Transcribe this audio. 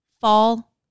fall